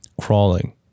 crawling